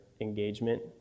engagement